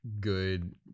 good